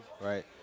right